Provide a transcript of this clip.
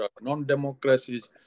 non-democracies